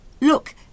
look